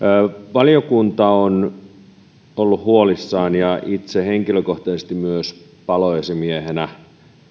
valiokunta on ollut huolissaan siitä ja myös itse henkilökohtaisesti paloesimiehenä